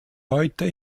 heute